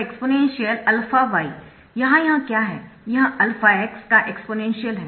exponential alpha Y यहां यह क्या है यह अल्फा एक्स का एक्सपोनेंशियल है